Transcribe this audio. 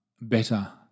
better